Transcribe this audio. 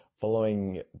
Following